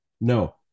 No